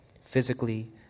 physically